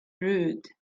rude